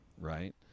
Right